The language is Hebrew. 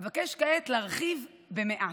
אבקש כעת להרחיב במעט.